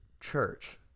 Church